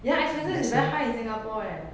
ya expenses is very high in singapore leh